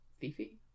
Fifi